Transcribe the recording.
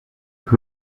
who